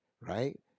right